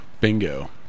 Bingo